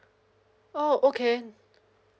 oh okay